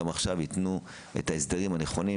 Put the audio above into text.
גם עכשיו יתנו את ההסדרים הנכונים